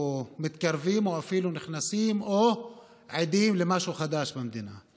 מתקרבים או אפילו נכנסים או עדים למשהו חדש במדינה.